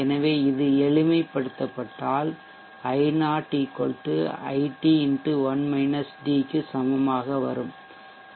எனவே இது எளிமைப்படுத்தினால் I0 IT x க்கு சமம்